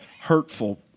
hurtful